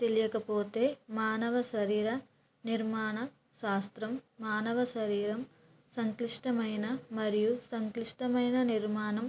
తెలియకపోతే మానవ శరీర నిర్మాణ శాస్త్రం మానవ శరీరం సంక్లిష్టమైన మరియు సంక్లిష్టమైన నిర్మాణం